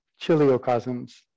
chiliocosms